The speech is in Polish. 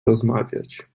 rozmawiać